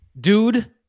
dude